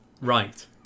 Right